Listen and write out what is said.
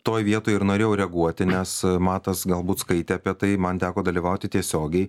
toj vietoj ir norėjau reaguoti nes matas galbūt skaitė apie tai man teko dalyvauti tiesiogiai